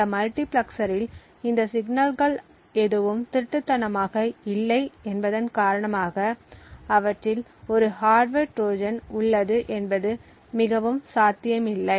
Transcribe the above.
இந்த மல்டிபிளெக்சரில் இந்த சிக்னல்கள் எதுவும் திருட்டுத்தனமாக இல்லை என்பதன் காரணமாக அவற்றில் ஒரு ஹார்ட்வர் ட்ரோஜன் உள்ளது என்பது மிகவும் சாத்தியமில்லை